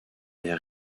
est